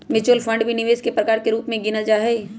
mutual fund भी निवेश के प्रकार के रूप में गिनल जाहई